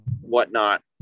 whatnot